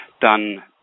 done